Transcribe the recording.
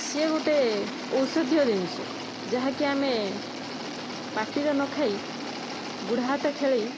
ସିଏ ଗୁଟେ ଔଷଧୀୟ ଜିନିଷ ଯାହାକି ଆମେ ପାଟିରେ ନ ଖାଇ ଗୋଡ଼ ହାତ ଖେଳେଇ